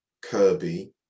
Kirby